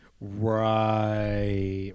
Right